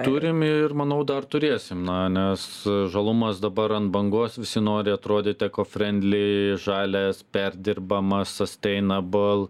turim ir manau dar turėsim na nes žalumas dabar ant bangos visi nori atrodyti cofriendly žalias perdirbama sustainable